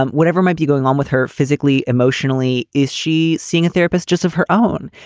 um whatever might be going on with her physically, emotionally. is she seeing a therapist just of her own?